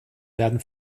werden